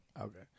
okay